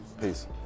Peace